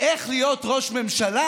איך להיות ראש ממשלה,